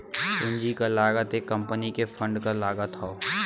पूंजी क लागत एक कंपनी के फंड क लागत हौ